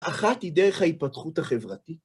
אחת היא דרך ההתפתחות החברתית.